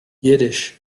yiddish